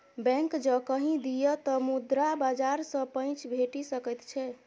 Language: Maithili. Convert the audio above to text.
बैंक जँ कहि दिअ तँ मुद्रा बाजार सँ पैंच भेटि सकैत छै